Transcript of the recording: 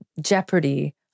jeopardy